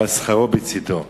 אבל שכרו בצדו.